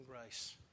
grace